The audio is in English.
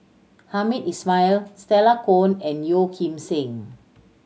Hamed Ismail Stella Kon and Yeo Kim Seng